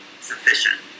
sufficient